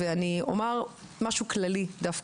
אומר דווקא משהו כללי.